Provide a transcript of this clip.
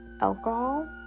alcohol